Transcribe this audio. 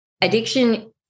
addiction